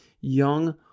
young